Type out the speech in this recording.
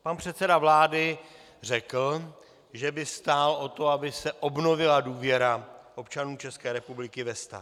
Pan předseda vlády řekl, že by stál o to, aby se obnovila důvěra občanů České republiky ve stát.